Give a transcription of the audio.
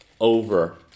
over